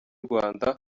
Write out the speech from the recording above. rwanda